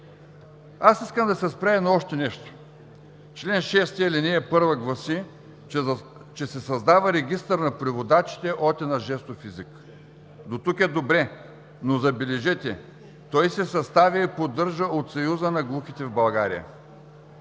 Аз искам да се спра и на още нещо – чл. 6, ал. 1 гласи, че се създава регистър на преводачите от и на жестов език. Дотук е добре, но, забележете, че той се съставя и поддържа от Съюза на глухите в България.